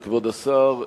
כבוד השר,